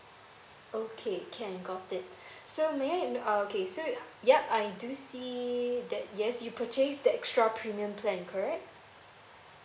okay can got it so may I know uh okay so yup I do see that yes you purchased that extra premium plan correct